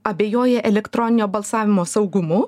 abejoja elektroninio balsavimo saugumu